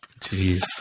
Jeez